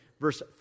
Verse